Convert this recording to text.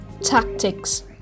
Tactics